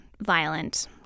violent